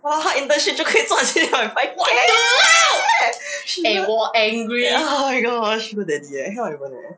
!wah! 他 her internship 就可以赚 three point five K she ya oh my god sugar daddy eh I can't even eh